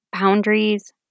boundaries